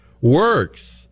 works